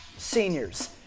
seniors